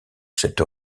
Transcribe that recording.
cette